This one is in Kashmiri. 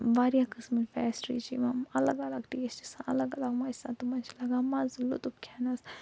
واریاہ قسمٕچ پیسٹری چھِ یِوان الگ الگ ٹیسٹ چھِ آسان الگ الگ مَزٕ چھ آسان تِمن چھِ لَگان لُطُف کھیٚنَس